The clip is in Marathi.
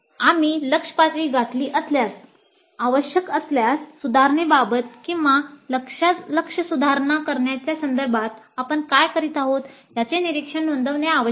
आम्ही लक्ष्य पातळी गाठली असल्यास आवश्यक असल्यास सुधारणेबाबत किंवा लक्ष्य सुधारणा करण्याच्या संदर्भात आपण काय करीत आहोत याचे निरीक्षण नोंदवणे आवश्यक आहे